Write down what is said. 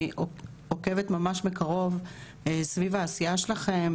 אני עוקבת ממש מקרוב סביב העשייה שלכם.